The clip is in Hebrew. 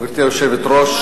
גברתי היושבת-ראש,